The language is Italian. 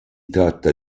tratta